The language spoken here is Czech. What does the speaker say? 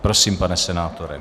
Prosím, pane senátore.